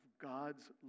God's